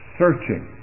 searching